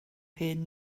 hen